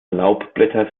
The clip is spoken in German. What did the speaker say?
laubblätter